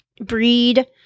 breed